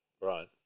Right